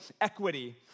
equity